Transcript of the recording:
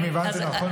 אם הבנתי נכון,